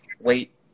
wait